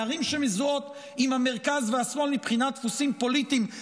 בערים שמזוהות עם המרכז והשמאל מבחינת דפוסים פוליטיים,